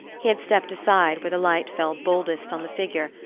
he had stepped aside where the light fell boldest on the figure,